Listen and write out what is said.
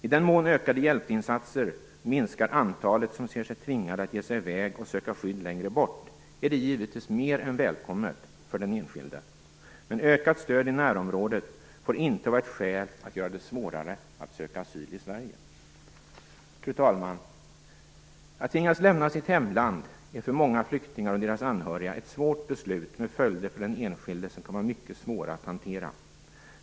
I den mån ökade hjälpinsatser minskar antalet människor som ser sig tvingade att ge sig i väg och söka skydd längre bort är det givetvis mer än välkommet för den enskilde. Ökat stöd i närområdet får inte vara ett skäl att göra det svårare att söka asyl i Sverige. Fru talman! Att tvingas lämna sitt hemland är för många flyktingar och deras anhöriga ett svårt beslut med följder för den enskilde som kan vara mycket svåra att hantera.